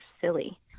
silly